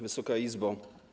Wysoka Izbo!